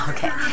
Okay